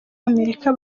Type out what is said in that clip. amerika